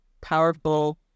powerful